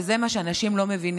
וזה מה שאנשים לא מבינים,